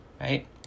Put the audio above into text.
Right